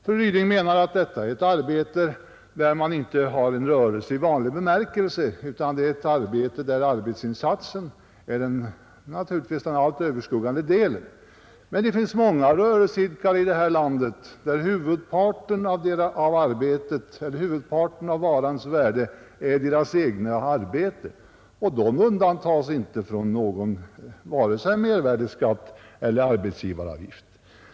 Fru Ryding menar att detta är ett arbete, där man inte har en rörelse i vanlig bemärkelse utan där arbetsinsatsen är den allt överskuggande delen. Men det finns många rörelser här i landet där huvudparten av varans värde utgöres av rörelseidkarens eget arbete. De undantas inte från vare sig mervärdeskatt eller arbetsgivaravgift.